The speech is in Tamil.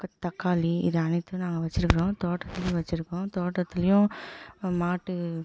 க தக்காளி இது அனைத்தும் நாங்கள் வச்சிருக்கிறோம் தோட்டத்துலேயும் வச்சிருக்கோம் தோட்டத்துலேயும் மாட்டு